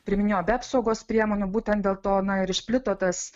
priiminėjo be apsaugos priemonių būtent dėl to na ir išplito tas